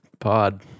pod